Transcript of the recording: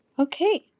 Okay